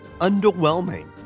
underwhelming